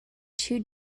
two